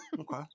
Okay